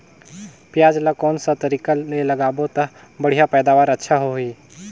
पियाज ला कोन सा तरीका ले लगाबो ता बढ़िया पैदावार अच्छा होही?